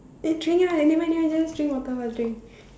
eh drink right nevermind nevermind just drink water first drink